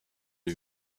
lui